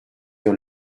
dans